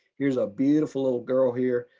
here's a beautiful little girl here.